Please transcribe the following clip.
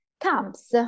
comes